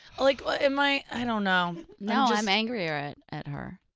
like am i, i don't know. no, i'm angrier at at her.